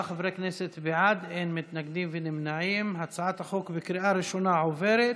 ההצעה להעביר את הצעת חוק שירותי רווחה (זכויות